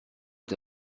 est